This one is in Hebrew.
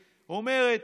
אומרת: